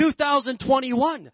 2021